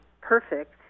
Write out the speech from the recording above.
perfect